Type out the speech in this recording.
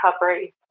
Recovery